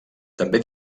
també